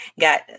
got